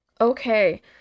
Okay